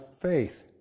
faith